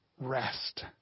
rest